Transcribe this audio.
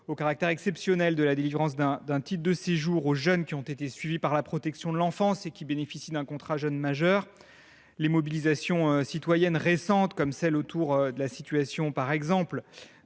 au caractère exceptionnel de la délivrance d’un titre de séjour aux jeunes qui ont été suivis par la protection de l’enfance et qui bénéficient d’un contrat jeune majeur. Les mobilisations citoyennes récentes, comme celle qu’on a observée autour de la